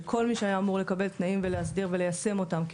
שכל מי שהיה אמור לקבל תנאים ולהסדיר וליישם אותם,